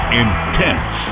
intense